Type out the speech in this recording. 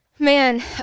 Man